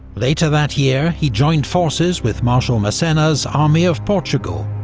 later that year, he joined forces with marshal massena's army of portugal,